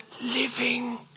living